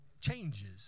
changes